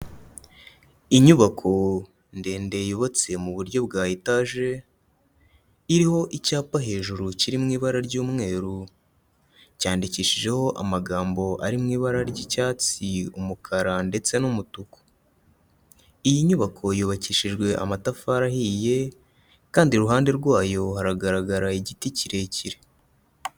Inyubako ndende yubatse mu buryo bwa etaje, iriho icyapa hejuru kiri mu ibara ry'umweru. Cyandikishijeho amagambo ari mu ibara ry'icyatsi, umukara ndetse n'umutuku. Iyi nyubako yubakishijwe amatafari ahiye kandi iruhande rwayo haragaragara igiti kirekire.